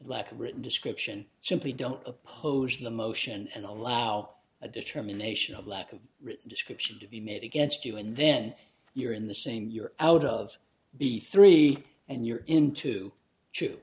lack of written description simply don't oppose the motion and allow a determination of lack of description to be made against you and then you're in the saying you're out of the three and you're into